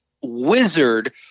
wizard